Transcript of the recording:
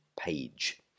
page